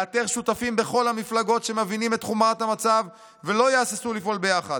לאתר שותפים בכל המפלגות שמבינים את חומרת המצב ולא יהססו לפעול ביחד,